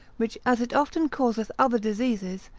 which as it often causeth other diseases,